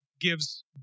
gives